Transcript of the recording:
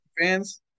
fans